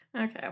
Okay